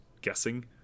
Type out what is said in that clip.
guessing